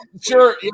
Sure